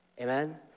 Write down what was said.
Amen